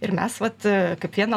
ir mes vat kaip vieną